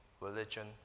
religion